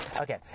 Okay